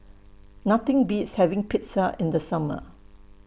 Nothing Beats having Pizza in The Summer